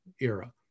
era